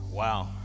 Wow